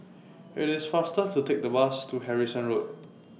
IT IS faster to Take The Bus to Harrison Road